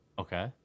okay